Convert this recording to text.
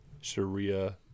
Sharia